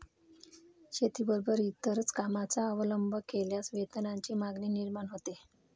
शेतीबरोबरच इतर कामांचा अवलंब केल्यास वेतनाची मागणी निर्माण होते